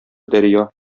дәрья